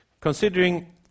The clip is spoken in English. Considering